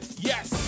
Yes